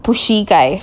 pushy guy